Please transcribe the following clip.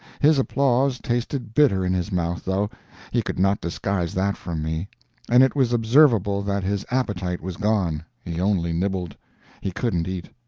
his applause tasted bitter in his mouth, though he could not disguise that from me and it was observable that his appetite was gone he only nibbled he couldn't eat.